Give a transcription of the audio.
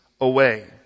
away